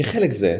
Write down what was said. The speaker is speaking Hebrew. כחלק ממהלך זה,